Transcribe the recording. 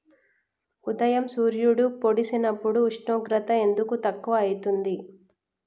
ఉదయం సూర్యుడు పొడిసినప్పుడు ఉష్ణోగ్రత ఎందుకు తక్కువ ఐతుంది?